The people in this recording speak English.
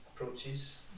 approaches